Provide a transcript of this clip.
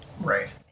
Right